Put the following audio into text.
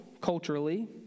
culturally